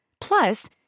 Plus